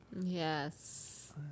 Yes